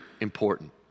important